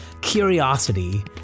Curiosity